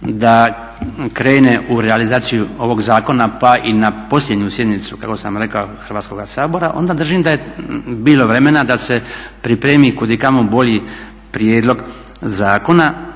da krene u realizaciju ovog zakona pa i na posljednjoj sjednici kako sam rekao Hrvatskoga sabora onda držim da je bilo vremena da se pripremi kud i kamo bolji prijedlog zakona